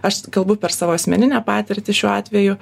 aš kalbu per savo asmeninę patirtį šiuo atveju